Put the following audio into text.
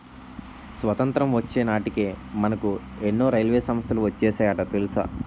స్వతంత్రం వచ్చే నాటికే మనకు ఎన్నో రైల్వే సంస్థలు వచ్చేసాయట తెలుసా